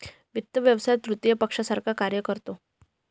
वित्त व्यवसाय तृतीय पक्षासारखा कार्य करतो